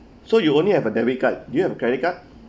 so you only have a debit card do you have credit card